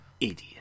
idiot